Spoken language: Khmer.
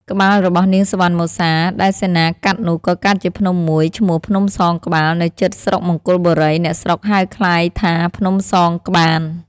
ក្បាលរបស់នាងសុវណ្ណមសា ដែលសេនាកាត់នោះ ក៏កើតជាភ្នំមួយឈ្មោះ ភ្នំសងក្បាល នៅជិតស្រុកមង្គលបុរី (អ្នកស្រុកហៅក្លាយថា ភ្នំសងក្បាន)។